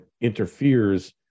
interferes